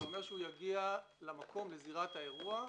זה אומר שהוא יגיע לזירת האירוע,